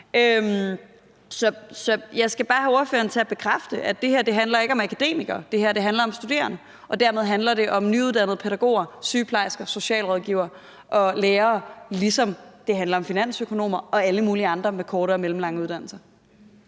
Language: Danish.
jeg skal bare have ordføreren til at bekræfte, at det her ikke handler om akademikere; det handler om studerende, og dermed handler det om nyuddannede pædagoger, sygeplejersker, socialrådgivere og lærere, ligesom det handler om finansøkonomer og alle mulige andre med korte og mellemlange uddannelser.